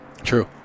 True